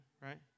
right